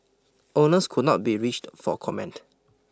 owners could not be reached for comment